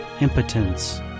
impotence